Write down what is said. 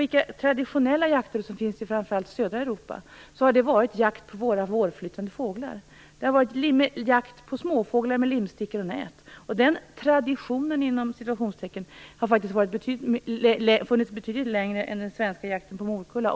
Om man ser på de traditionella jakter som finns i framför allt södra Europa finner man att det handlar om jakt på våra vårflyttande fåglar - jakt på småfåglar med limstickor och nät. Den "traditionen" har funnits betydligt längre än den svenska jakten på morkulla.